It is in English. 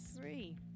Three